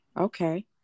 Okay